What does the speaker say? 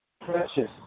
precious